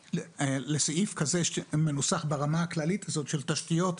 לסעיף כזה שמנוסח ברמה הכללית הזאת של תשתיות,